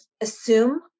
assume